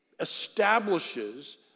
establishes